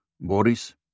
Boris